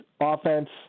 offense